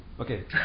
Okay